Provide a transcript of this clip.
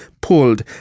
pulled